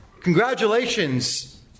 congratulations